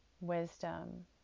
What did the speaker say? wisdom